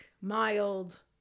mild